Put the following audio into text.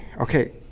okay